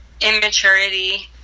immaturity